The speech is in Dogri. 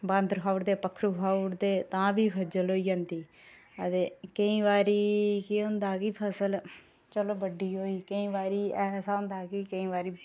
बांदर खाऊ उड़दे पखरू खाऊ उड़दे तां बी खज्जल होई जंदी आ ते केईं बारी केह् होंदा कि फसल चलो बड्डी होई केईं बारी ऐसा होंदा की केईं बारी